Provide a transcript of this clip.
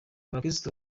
abakirisitu